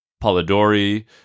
Polidori